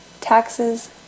taxes